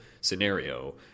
scenario